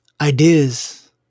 Ideas